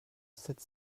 sept